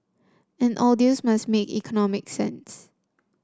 and all deals must make economic sense